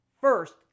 First